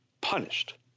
punished